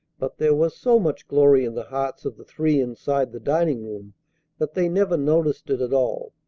but there was so much glory in the hearts of the three inside the dining-room that they never noticed it at all.